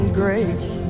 grace